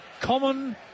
common